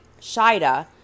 Shida